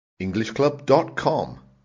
Englishclub.com